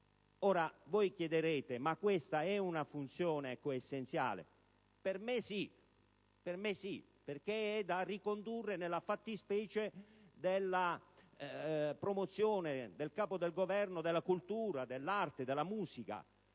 Vi chiederete: ma questa è una funzione coessenziale? Per me sì, perché è da ricondurre nella fattispecie della promozione da parte del Capo del Governo della cultura, dell'arte, della musica.